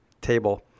Table